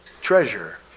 treasure